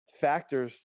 factors